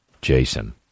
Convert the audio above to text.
Jason